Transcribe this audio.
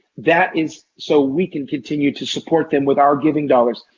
that is so we can continue to support them with our giving dollars.